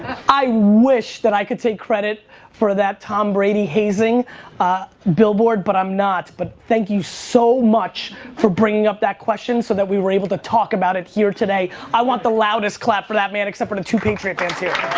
i wish i could take credit for that tom brady hazing ah billboard, but i'm not. but thank you so much for bringing up that question so that we were able to talk about it here today. i want the loudest claps for that, man, except for the two patriot fans here.